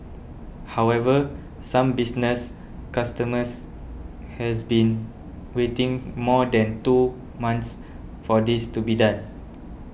however some business customers has been waiting more than two months for this to be done